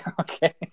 Okay